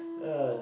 yeah